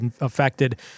affected –